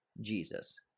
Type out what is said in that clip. Jesus